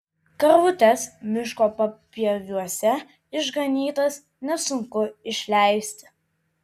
karvutes miško papieviuose išganytas nesunku išleisti